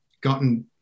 gotten